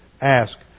ask